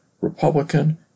Republican